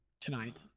tonight